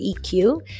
EQ